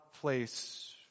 place